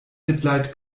mitleid